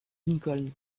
lincoln